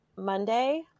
Monday